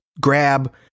Grab